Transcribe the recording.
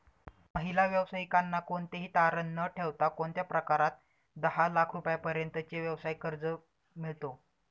महिला व्यावसायिकांना कोणतेही तारण न ठेवता कोणत्या प्रकारात दहा लाख रुपयांपर्यंतचे व्यवसाय कर्ज मिळतो?